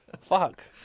Fuck